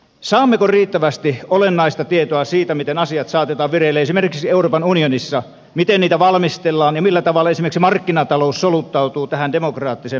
saammeko riittävästi olennaista tietoa siitä miten asiat saatetaan vireille esimerkiksi euroopan unionissa miten niitä valmistellaan ja millä tavalla esimerkiksi markkinatalous soluttautuu tähän demokraattiseen päätöksentekoketjuun